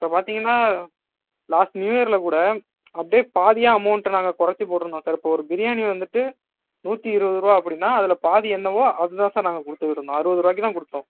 இப்போ பார்த்தீங்கனா last new இயரில் கூட அப்படியே பாதியாக அமௌண்ட்டை நாங்கள் குறச்சி போட்டுருந்தோம் சார் இப்போ ஒரு பிரியாணி வந்துட்டு நூற்றி இருபது ரூபா அப்படின்னா அதில் பாதி என்னவோ அது தான் சார் நாங்கள் கொடுத்துக்கிட்ருந்தோம் அறுபது ரூபாக்கி தான் கொடுத்தோம்